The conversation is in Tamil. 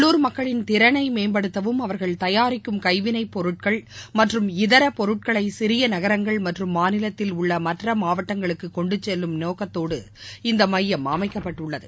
உள்ளுர் மக்களின் திறனை மேம்படுத்தவும் அவர்கள் தயாரிக்கும் கைவினைப்பொருட்கள் மற்றும் இதர பொருட்களை சிறிய நகரங்கள் மற்றும் மாநிலத்தில் உள்ள மற்ற மாவட்டங்களுக்கு கொண்டு செல்லும் நோக்கத்தோடு இந்த மையம் அமைக்கப்பட்டுள்ளது